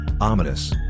Ominous